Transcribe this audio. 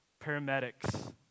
Paramedics